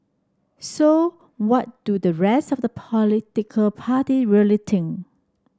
so what do the rest of the political party really think